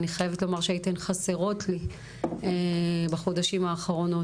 אני חייבת חומר שהייתן חסרות לי בחודשים האחרונים.